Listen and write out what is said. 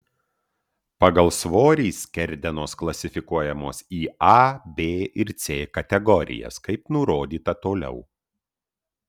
pagal svorį skerdenos klasifikuojamos į a b ir c kategorijas kaip nurodyta toliau